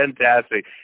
fantastic